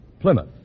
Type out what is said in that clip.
Plymouth